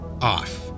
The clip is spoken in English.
off